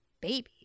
baby